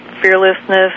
fearlessness